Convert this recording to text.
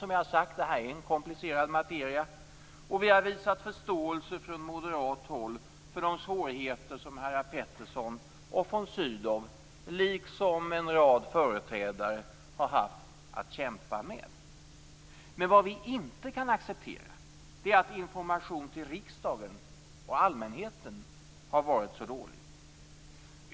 Som jag tidigare har sagt är det en komplicerad materia. Vi har visat förståelse från moderat håll för de svårigheter som herrar Peterson och von Sydow, liksom en rad företrädare, har haft att kämpa med. Men vad vi inte kan acceptera är att information till riksdagen och allmänheten har varit så dålig.